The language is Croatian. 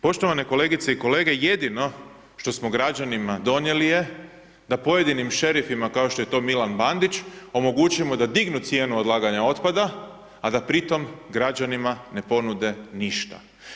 Poštovane kolegice i kolege, jedino što smo građanima donijeli je da pojedinim šerifima kao što je to Milan Bandić omogućimo da dignu cijenu odlaganja otpada, a da pritom građanima ne ponude ništa.